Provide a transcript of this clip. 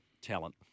talent